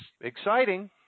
exciting